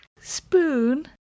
Spoon